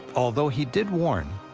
although he did warn,